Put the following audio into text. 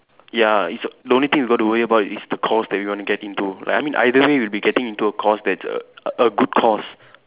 ya it's the only thing we got to worry about is the course that we want to get into like I mean either way we will be getting into a course that's a a good course